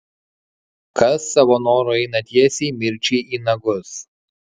kas savo noru eina tiesiai mirčiai į nagus